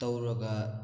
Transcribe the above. ꯇꯧꯔꯒ